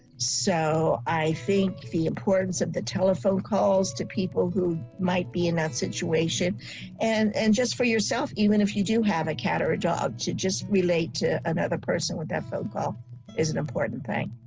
so i think the importance of the telephone calls to people who might be in that situation and and just for yourself even if you do have a cat or dog to just relate to another person with that phone call is an important thing.